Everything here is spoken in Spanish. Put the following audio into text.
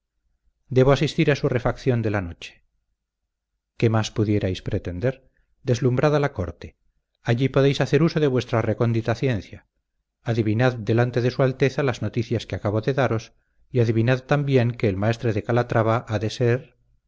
debo asistir a su refacción de la noche qué más pudierais pretender deslumbrad a la corte allí podéis hacer uso de vuestra recóndita ciencia adivinad delante de su alteza las noticias que acabo de daros y adivinad también que el maestre de calatrava ha de ser